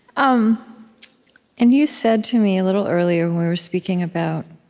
um and you said to me, a little earlier when we were speaking about